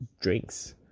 drinks